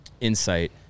insight